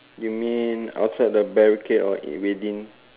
you mean outside the barricade or within